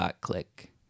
Click